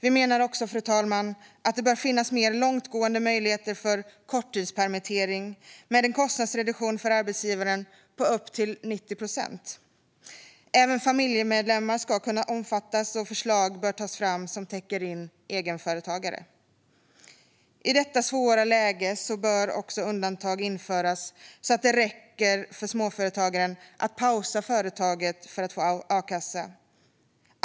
Vi menar också att det bör finnas mer långtgående möjligheter för korttidspermittering, med en kostnadsreduktion för arbetsgivaren på upp till 90 procent. Även familjemedlemmar ska kunna omfattas, och förslag bör tas fram som täcker in egenföretagare. I detta svåra läge bör också undantag införas så att det räcker för småföretagaren att pausa företaget för att få a-kassa.